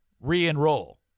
re-enroll